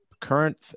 current